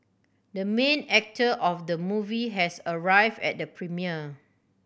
the main actor of the movie has arrive at premiere